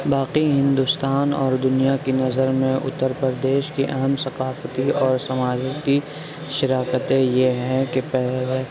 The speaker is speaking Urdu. باقی ہندوستان اور دنیا کی نظر میں اتر پردیش کی اہم ثقافتی اور سماجتی شراکتیں یہ ہیں کہ